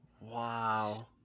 Wow